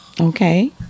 Okay